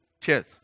Cheers